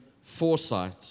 foresight